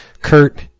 kurt